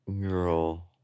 Girl